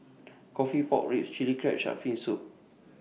Coffee Pork Ribs Chilli Crab Shark's Fin Soup